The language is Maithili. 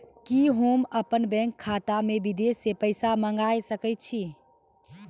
कि होम अपन बैंक खाता मे विदेश से पैसा मंगाय सकै छी?